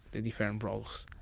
the different roles.